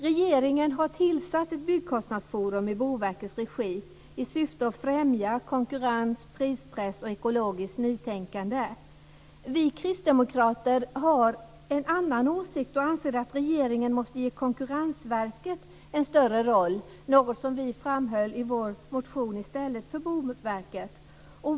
Regeringen har tillsatt ett byggkostnadsforum i Boverkets regi i syfte att "främja konkurrens, prispress och ekologiskt nytänkande". Vi kristdemokrater har en annan åsikt och anser att regeringen måste ge Konkurrensverket en större roll, något som vi framhöll i vår motion.